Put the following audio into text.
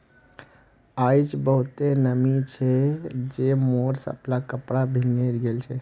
आइज बहुते नमी छै जे मोर सबला कपड़ा भींगे गेल छ